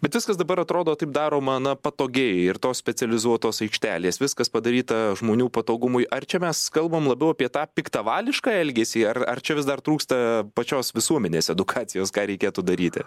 bet viskas dabar atrodo taip daroma na patogiai ir tos specializuotos aikštelės viskas padaryta žmonių patogumui ar čia mes kalbam labiau apie tą piktavališką elgesį ar ar čia vis dar trūksta pačios visuomenės edukacijos ką reikėtų daryti